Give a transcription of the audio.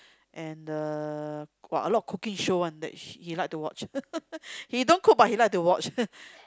and uh !wah! a lot of cooking show one that he like to watch he don't cook but he like to watch